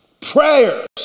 Prayers